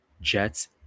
Jets